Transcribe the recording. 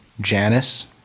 Janice